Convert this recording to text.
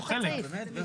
מפרט, למה תת סעיף?